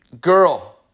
girl